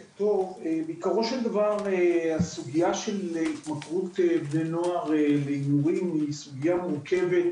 בעקרו של דבר הסוגייה של התמכרות בני נוער להימורים היא סוגייה מורכבת,